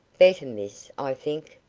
better, miss, i think.